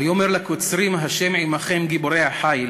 ויאמר לקוצרים ה' עמכם גיבורי החיל,